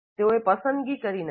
તેઓએ પસંદગી કરી નથી